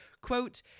Quote